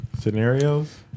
Scenarios